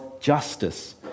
justice